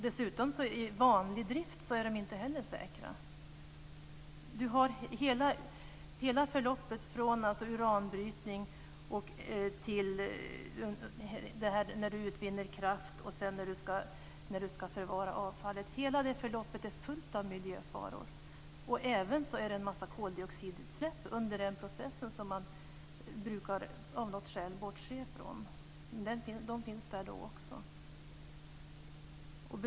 Dessutom är kärnkraftverken inte heller säkra i vanlig drift. Hela förloppet är fullt av miljöfaror. Det gäller från uranbrytningen till dess att man utvinner kraft och sedan när man ska förvara avfallet. Det är även en massa koldioxidutsläpp under den processen som man av något skäl brukar bortse från. Det finns där också då.